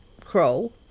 crow